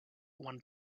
one